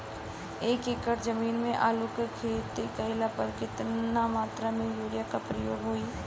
एक एकड़ जमीन में आलू क खेती कइला पर कितना मात्रा में यूरिया क प्रयोग होई?